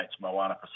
Moana